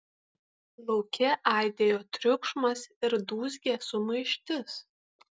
lauke aidėjo triukšmas ir dūzgė sumaištis